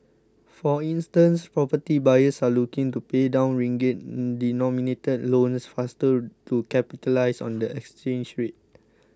for instance property buyers are looking to pay down ringgit denominated loans faster to capitalise on the exchange rate